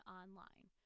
online